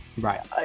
Right